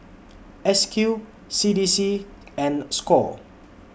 S Q C D C and SCORE